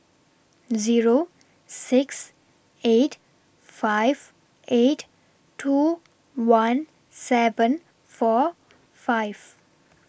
Zero six eight five eight two one seven four five